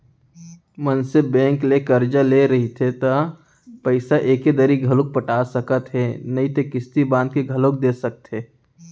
मनसे बेंक ले करजा ले रहिथे त पइसा एके दरी घलौ पटा सकत हे नइते किस्ती बांध के घलोक दे सकथे